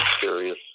serious